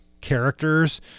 characters